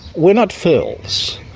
we're not fools.